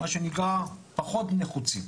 מה שנקרא, פחות נחוצים.